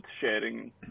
sharing